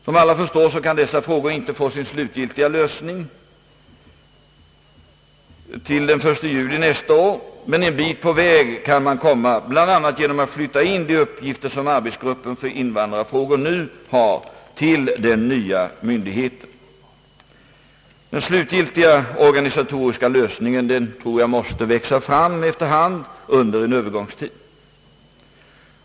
Som alla förstår kan dessa frågor inte få sin slutgiltiga lösning till den 1 juli nästa år, men en bit på väg kan man komma bland annat genom att flytta in de uppgifter som arbetsgruppen för invandrarfrågor nu har till den nya myndigheten. Den slutgiltiga organisatoriska lösningen tror jag måste växa fram efter hand under en Övergångstid.